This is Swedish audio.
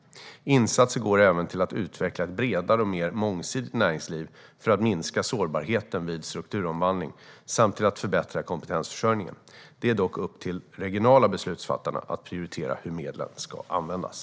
Insatser går även till att utveckla ett bredare och mer mångsidigt näringsliv för att minska sårbarheten vid strukturomvandling samt till att förbättra kompetensförsörjningen. Det är dock upp till de regionala beslutsfattarna att prioritera hur medlen ska användas.